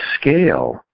scale